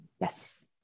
Yes